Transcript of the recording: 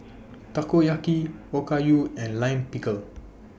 Takoyaki Okayu and Lime Pickle